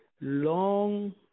long